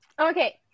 Okay